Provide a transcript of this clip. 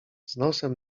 nosem